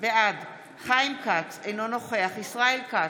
בעד חיים כץ, אינו נוכח ישראל כץ,